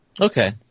Okay